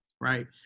Right